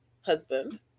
husband